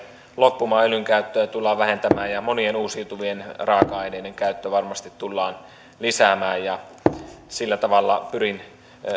loppumaan öljyn käyttöä tullaan vähentämään ja monien uusiutuvien raaka aineiden käyttöä varmasti tullaan lisäämään sillä tavalla